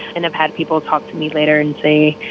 and i've had people talk to me later and say,